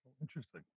Interesting